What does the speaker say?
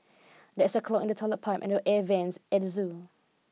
there is a clog in the toilet pipe and the air vents at the zoo